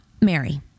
Mary